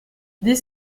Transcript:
dix